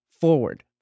Forward